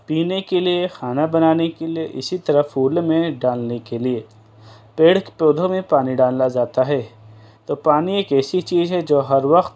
پینے کے لیے کھانا بنانے کے لیے اسی طرح پھول میں ڈالنے کے لیے پیڑ پودھوں میں پانی ڈالا جاتا ہے تو پانی ایک ایسی چیز ہے جو ہر وقت